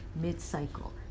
mid-cycle